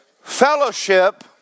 Fellowship